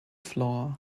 floor